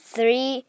Three